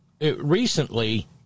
recently